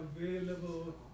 available